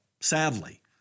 sadly